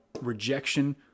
rejection